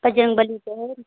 बजरंग बली शहर